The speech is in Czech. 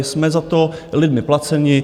Jsme za to lidmi placeni.